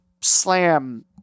slam